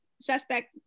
suspect